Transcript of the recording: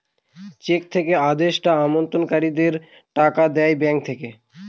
check থেকে আদেষ্টা আমানতকারীদের টাকা দেয় ব্যাঙ্ক থেকে